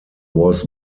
was